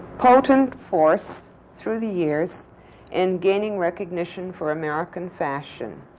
potent force through the years in gaining recognition for american fashion.